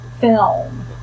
film